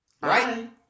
Right